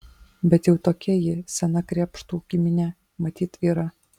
bet jau tokia ji sena krėpštų giminė matyt yra